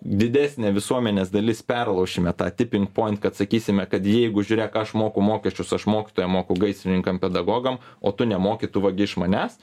didesnė visuomenės dalis perlaušime tą tiping point kad sakysime kad jeigu žiūrėk aš moku mokesčius aš mokytojam moku gaisrininkam pedagogam o tu nemoki tu vagi iš manęs